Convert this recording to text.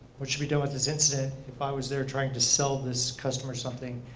what should we do with this incident if i was there trying to sell this customer something,